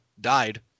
died